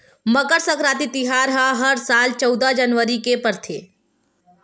मकर सकराति तिहार ह हर साल चउदा जनवरी के दिन परथे